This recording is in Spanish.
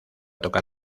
tocar